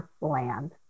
land